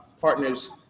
partners